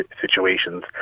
situations